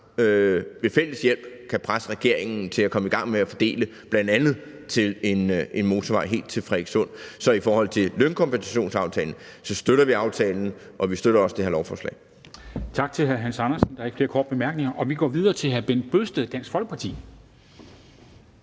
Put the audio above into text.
ved fælles hjælp kan presse regeringen til at komme i gang med at fordele, bl.a. til en motorvej helt til Frederikssund. Så i forhold til lønkompensationsaftalen, støtter vi aftalen, og vi støtter også det her lovforslag. Kl. 10:54 Formanden (Henrik Dam Kristensen): Tak til hr. Hans Andersen. Der er ikke flere korte bemærkninger. Vi går videre til hr. Bent Bøgsted, Dansk Folkeparti.